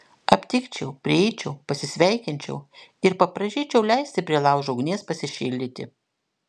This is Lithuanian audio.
aptikčiau prieičiau pasisveikinčiau ir paprašyčiau leisti prie laužo ugnies pasišildyti